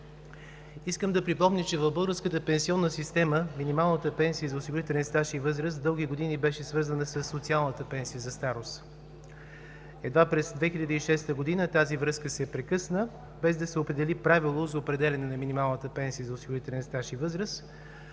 Искам да припомня, че в българската пенсионната система минималната пенсия за осигурителен стаж и възраст дълги години беше свързана със социалната пенсия за старост. Едва през 2006 г. тази връзка се прекъсна без да се определи правило за определяне на минималната пенсия за осигурителен стаж и възраст,